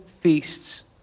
feasts